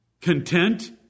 content